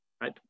right